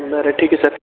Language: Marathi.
बरं ठीक आहे सर